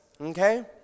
okay